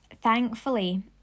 Thankfully